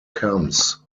comes